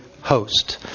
host